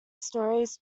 stories